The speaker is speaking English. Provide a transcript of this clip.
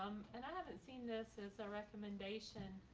um and i haven't seen this as a recommendation.